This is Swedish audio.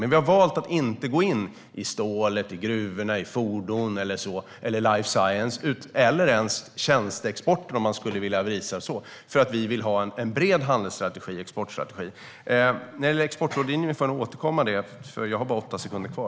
Men vi har valt att inte gå in i stål, gruvor, fordon, life science eller ens tjänsteexporten, för vi vill ha en bred handels och exportstrategi. När det gäller exportrådgivning får jag återkomma i nästa replik, för jag har bara åtta sekunder kvar.